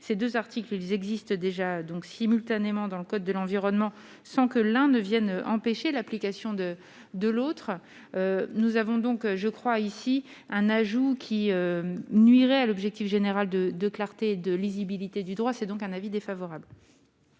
ils vise existent déjà donc simultanément dans le code de l'environnement. Sans que l'un ne Vienne empêcher l'application de de l'autre, nous avons donc je crois ici un ajout qui nuirait à l'objectif général de de clarté, de lisibilité du droit, c'est donc un avis défavorable.